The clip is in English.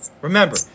Remember